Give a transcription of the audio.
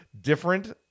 different